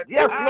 Yes